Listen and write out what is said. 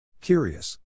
Curious